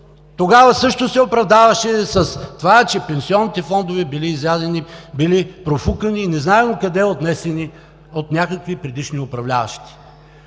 тогава също се оправдаваше с това, че пенсионните фондове били изядени, били профукани и незнайно къде отнесени от някакви предишни управляващи.